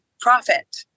profit